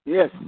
Yes